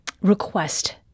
request